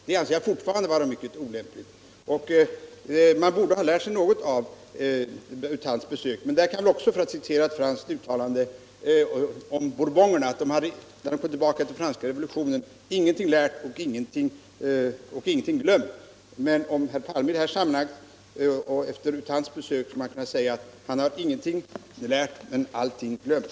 Det anser jag fortfarande var mycket olämpligt. Man borde ha lärt sig något av U Thants besök. Där kan jag också citera ett franskt uttalande, om Bourbonerna, när de kom tillbaka efter franska revolutionen, att de hade ingenting lärt och ingenting glömt. Om herr Palme skulle man kunna säga att han efter U Thants besök ingenting lärt men allting glömt.